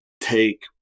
take